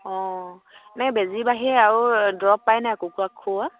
অঁ এনেই বেজীৰ বাঢ়িৰে আৰু দৰব পায় নাই কুকুৰাক খুওৱা